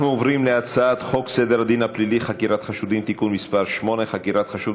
מזכירת הכנסת, בבקשה, הודעתך.